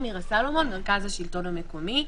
אני ממרכז השלטון המקומי.